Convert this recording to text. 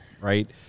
right